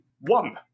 one